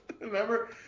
remember